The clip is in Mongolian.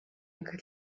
анги